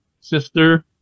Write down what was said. Sister